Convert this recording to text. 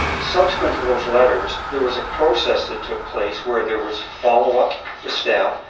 subsequent to those letters there was a process that took place where there was follow-up for staff,